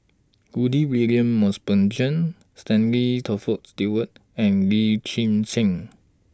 Rudy William Mosbergen Stanley Toft Stewart and Lim Chwee Chian